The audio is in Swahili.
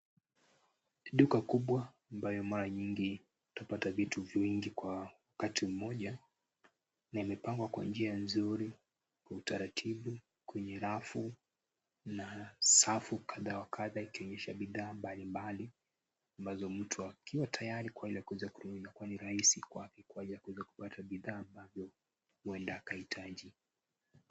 Duka kubwa ambayo mara nyingi utapata vitu vingi kwa wakati mmoja , na imepangwa kwa njia nzuri, utaratibu kwenye rafu na safu kadha wa kadha ikionyesha bidhaa mbali mbali, ambazo mtu akiwa tayari kwake kuja kununua inakua ni rahisi kuweza kupata bidhaa ambapo huenda akahitaji.